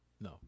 No